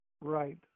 right